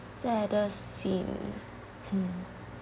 saddest scene